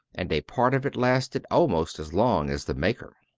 and a part of it lasted almost as long as the maker.